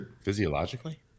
physiologically